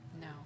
no